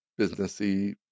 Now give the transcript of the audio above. businessy